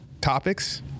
topics